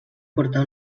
portar